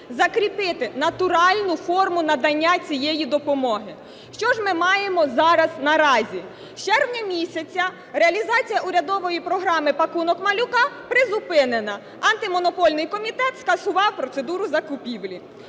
закріпити натуральну форму надання цієї допомоги. Що ми маємо зараз наразі? З червня місяця реалізація урядової програми "пакунок малюка" призупинена, Антимонопольний комітет скасував процедуру закупівлі.